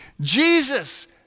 Jesus